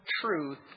truth